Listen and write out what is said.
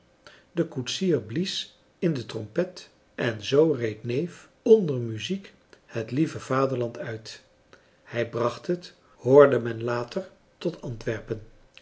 de koetsier blies in de trompet en zoo reed neef onder muziek het lieve vaderland uit hij bracht het hoorde men later tot antwerpen